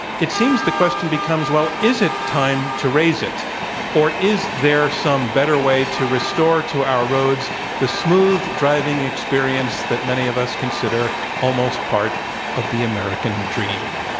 it seems the question becomes, well, is it time to raise it or is there some better way to restore to our roads the smooth driving experience that many of us consider almost part of the american dream?